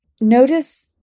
Notice